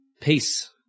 peace